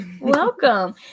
welcome